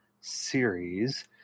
series